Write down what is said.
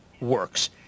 works